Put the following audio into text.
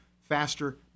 faster